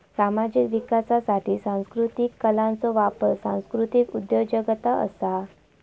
सामाजिक विकासासाठी सांस्कृतीक कलांचो वापर सांस्कृतीक उद्योजगता असा